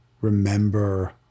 remember